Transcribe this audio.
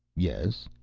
yes?